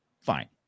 fine